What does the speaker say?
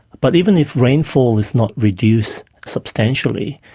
but even if rainfall is not reduced substantially,